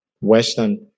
western